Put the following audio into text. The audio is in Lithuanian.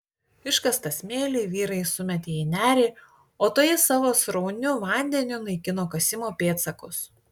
iškastą smėlį vyrai sumetė į nerį o toji savo srauniu vandeniu naikino kasimo pėdsakus